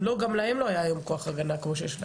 אם לא גם היום לא היה להם כוח הגנה כמו שיש להם.